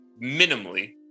minimally